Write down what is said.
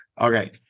Okay